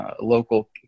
local